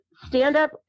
stand-up